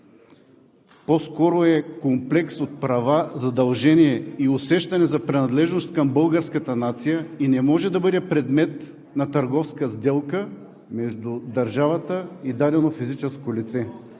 по-скоро е комплекс от права, задължения и усещане за принадлежност към българската нация и не може да бъде предмет на търговска сделка между държавата и дадено физическо лице.